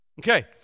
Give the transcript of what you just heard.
Okay